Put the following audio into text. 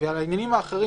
ועל העניינים האחרים,